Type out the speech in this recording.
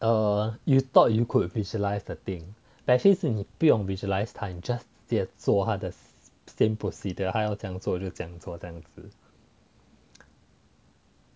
err you thought you could visualize the thing but actually 是你不用 visualize 他你 just 直接做他的 same procedure 他要这样做就这样做这样子